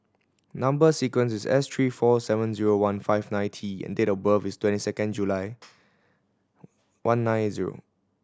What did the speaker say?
number sequence is S three four seven zero one five nine T and date of birth is twenty second July one nine zero